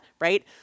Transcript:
right